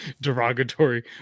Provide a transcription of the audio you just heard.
Derogatory